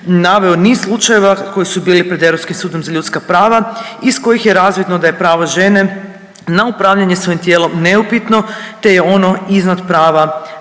naveo niz slučajeva koji su bili pred Europskim sudom za ljudska prava iz kojih je razvidno da je pravo žene na upravljanje svojim tijelom neupitno te je ono iznad prava